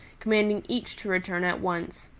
commanding each to return at once.